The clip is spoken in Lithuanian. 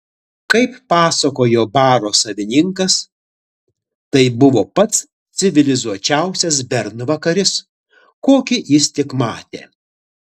kaip pasakojo baro savininkas tai buvo pats civilizuočiausias bernvakaris kokį jis tik matė